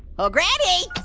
oh granny!